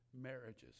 marriages